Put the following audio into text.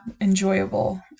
enjoyable